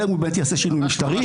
אלא אם הוא באמת יעשה שינוי משטרי.